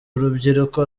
rubyiruko